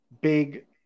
big –